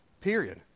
period